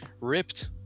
ripped